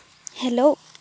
hello